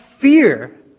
fear